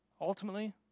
Ultimately